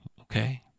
Okay